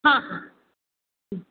हां हां